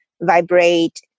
vibrate